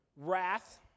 Wrath